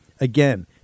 Again